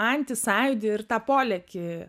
antį sąjūdį ir tą polėkį